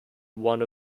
one